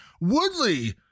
Woodley